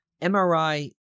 MRI